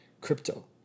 crypto